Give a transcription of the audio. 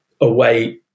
away